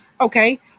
okay